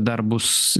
dar bus